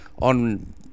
on